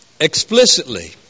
explicitly